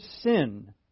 sin